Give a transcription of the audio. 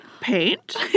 paint